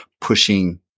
pushing